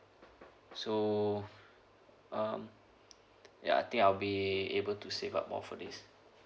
so um ya I think I'll be able to save up more for this